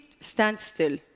standstill